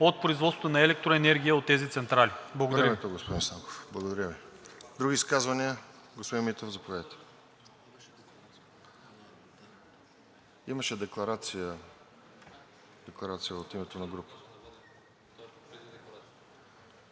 от производство на електроенергия от тези централи. Благодаря.